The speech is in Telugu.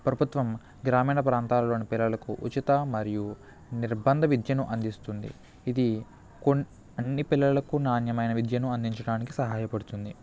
ప్రభుత్వం గ్రామీణ ప్రాంతాల్లోని పిల్లలకు ఉచిత మరియు నిర్బంధ విద్యను అందిస్తుంది ఇది కొన్ని అన్ని పిల్లలకు నాణ్యమైన విద్యను అందించడానికి సహాయపడుతుంది